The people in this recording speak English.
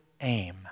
aim